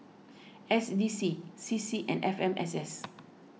S D C C C and F M S S